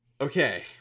Okay